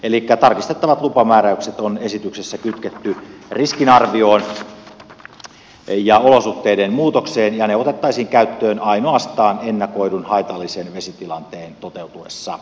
elikkä tarkistettavat lupamääräykset on esityksessä kytketty riskinarvioon ja olosuhteiden muutokseen ja ne otettaisiin käyttöön ainoastaan ennakoidun haitallisen vesitilanteen toteutuessa